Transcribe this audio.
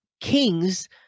kings